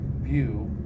view